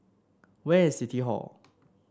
where is City Hall